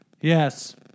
Yes